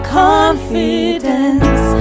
confidence